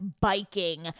biking